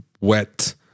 wet